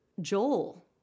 Joel